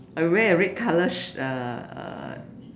I wear a red colour sh~ uh uh